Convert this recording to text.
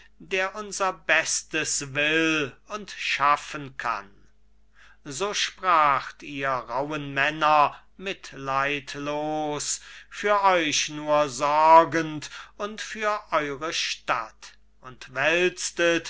der unser bestes will und schaffen kann so spracht ihr rauhen männer mitleidlos für euch nur sorgend und für eure stadt und